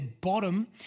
bottom